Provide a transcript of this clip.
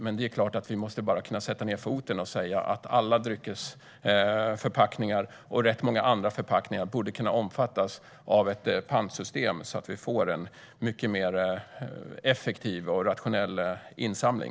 Men det är klart att vi måste kunna sätta ned foten och säga att alla dryckesförpackningar - och rätt många andra förpackningar - borde kunna omfattas av ett pantsystem, så att vi får en mycket mer effektiv och rationell insamling.